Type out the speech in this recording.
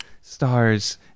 stars